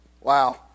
Wow